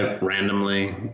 randomly